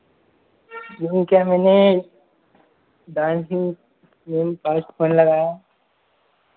hello क्या मैंने dancing class phone लगाया